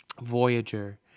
voyager